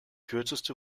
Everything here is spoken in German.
kürzeste